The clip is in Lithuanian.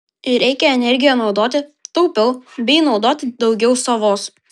ir reikia energiją naudoti taupiau bei naudoti daugiau savos